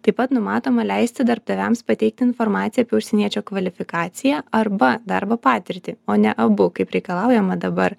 taip pat numatoma leisti darbdaviams pateikti informaciją apie užsieniečio kvalifikaciją arba darbo patirtį o ne abu kaip reikalaujama dabar